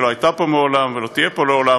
שלא הייתה פה מעולם ולא תהיה פה לעולם,